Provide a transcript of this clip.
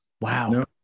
Wow